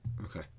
Okay